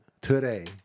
today